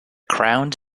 crowned